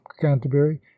canterbury